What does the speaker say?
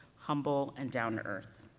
humble, and down to earth.